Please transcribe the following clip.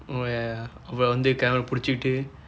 oh ya ya அப்புறம் வந்து:appuram vandthu camera பிடித்திட்டு:pidiththitdu